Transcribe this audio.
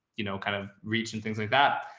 you know, kind of reach and things like that.